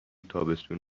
تابستون